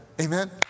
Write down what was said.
Amen